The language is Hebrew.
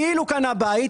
כאילו הוא קנה בית,